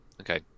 okay